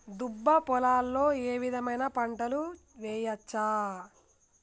దుబ్బ పొలాల్లో ఏ విధమైన పంటలు వేయచ్చా?